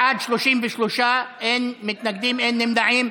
בעד, 33, אין מתנגדים, אין נמנעים.